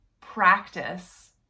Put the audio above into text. practice